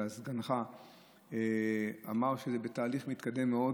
ואז סגנך אמר שזה בתהליך מתקדם מאוד,